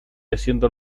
haciendo